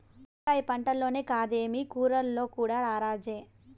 వంకాయ పంటల్లోనే కాదమ్మీ కూరల్లో కూడా రారాజే